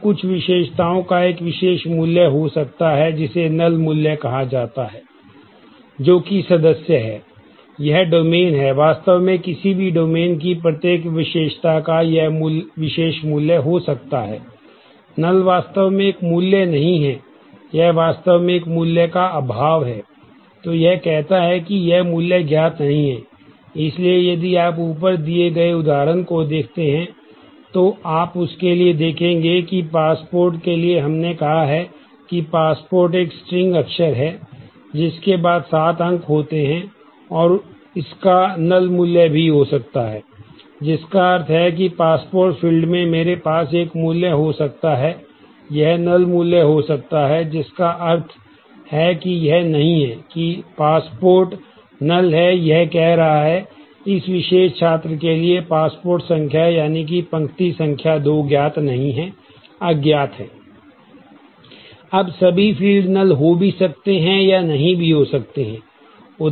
अब कुछ विशेषताओं का एक विशेष मूल्य हो सकता है जिसे नल है यह कह रहा है कि इस विशेष छात्र के लिए पासपोर्ट संख्या यानी कि पंक्ति संख्या 2 ज्ञात नहीं है अज्ञात है